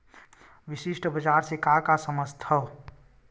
विशिष्ट बजार से का समझथव?